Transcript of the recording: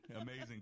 amazing